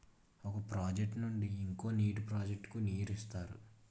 ఒక ప్రాజెక్ట్ నుండి ఇంకో నీటి ప్రాజెక్ట్ కు నీరు ఇస్తారు